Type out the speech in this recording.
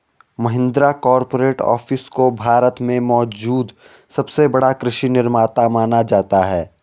Mahindra corporate office को भारत में मौजूद सबसे बड़ा कृषि निर्माता माना जाता है